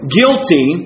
guilty